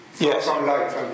Yes